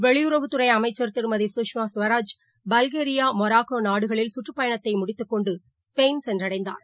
பெளியுறவுத்துறைஅமைச்சர் திருமதி பல்கேரியா மொராக்காநாடுகளில் சுற்றுப்பயணத்தைமுடித்துகொண்டு ஸ்பெயின் சென்றடைந்தார்